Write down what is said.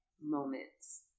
moments